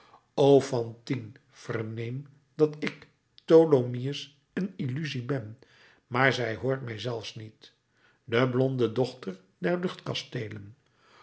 o fantine verneem dat ik tholomyès een illusie ben maar zij hoort mij zelfs niet de blonde dochter